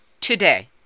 today